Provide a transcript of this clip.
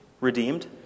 redeemed